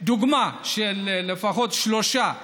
דוגמה של לפחות שלושה חיילים: